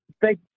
thank